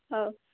ହଉ